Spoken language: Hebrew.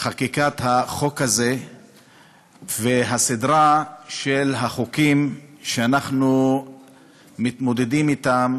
חקיקת החוק הזה וסדרת החוקים שאנחנו מתמודדים אתם